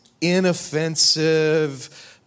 inoffensive